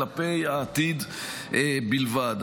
כלפי העתיד בלבד.